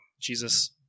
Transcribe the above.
Jesus